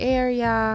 area